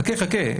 חכה, חכה.